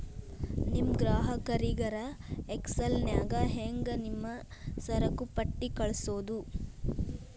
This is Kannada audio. ನಿಮ್ ಗ್ರಾಹಕರಿಗರ ಎಕ್ಸೆಲ್ ನ್ಯಾಗ ಹೆಂಗ್ ನಿಮ್ಮ ಸರಕುಪಟ್ಟಿ ಕಳ್ಸೋದು?